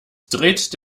dreht